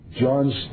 John's